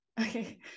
okay